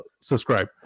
subscribe